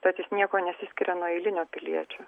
tad jis niekuo nesiskiria nuo eilinio piliečio